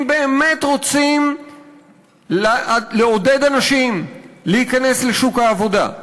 אם באמת רוצים לעודד אנשים להיכנס לשוק העבודה,